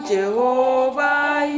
Jehovah